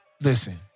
listen